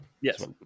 yes